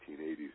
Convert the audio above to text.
1980s